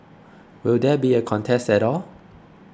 will there be a contest at all